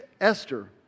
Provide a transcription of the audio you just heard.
Esther